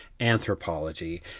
anthropology